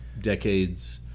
decades